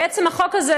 בעצם החוק הזה,